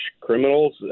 criminals